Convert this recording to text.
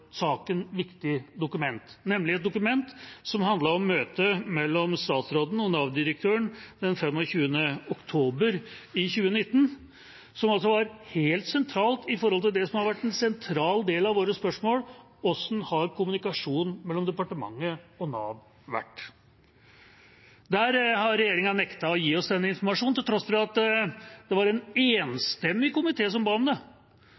viktig dokument, nemlig et dokument som handlet om møte mellom statsråden og Nav-direktøren den 25. oktober i 2019. Det var altså helt sentralt når det gjelder det som har vært en sentral del av våre spørsmål: Hvordan har kommunikasjonen mellom departementet og Nav vært? Der har regjeringa nektet å gi oss den informasjonen til tross for at det var en enstemmig komité som